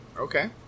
Okay